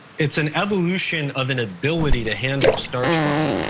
it's an evolution of an ability to handle starch well.